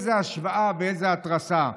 איזו השוואה ואיזו התרסה,